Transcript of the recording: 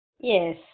Yes